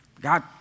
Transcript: God